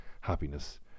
Happiness